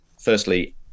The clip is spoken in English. firstly